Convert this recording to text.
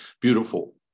Beautiful